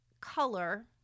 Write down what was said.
color